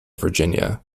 virginia